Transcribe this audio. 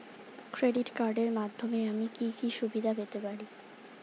Credit কার্ডের মাধ্যমে আমি কি কি সুবিধা পেতে পারি?